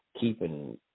keeping